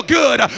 good